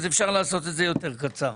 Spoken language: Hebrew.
אפשר לעשות את זה יותר קצר.